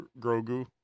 Grogu